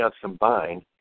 combined